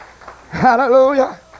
hallelujah